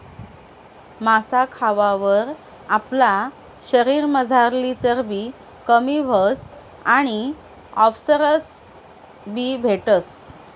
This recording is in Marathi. मासा खावावर आपला शरीरमझारली चरबी कमी व्हस आणि फॉस्फरस बी भेटस